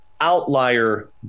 outlier